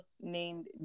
named